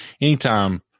anytime